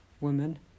women